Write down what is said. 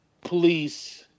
police